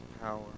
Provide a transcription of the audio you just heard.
power